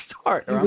start